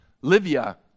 Livia